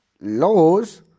laws